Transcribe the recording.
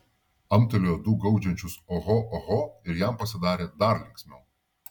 amtelėjo du gaudžiančius oho oho ir jam pasidarė dar linksmiau